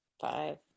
Five